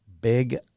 Big